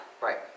Right